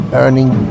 earning